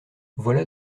voilà